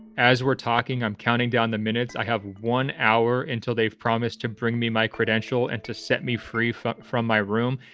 as we're talking, i'm counting down the minutes. i have one hour until they've promised to bring me my credential and to set me free from from my room.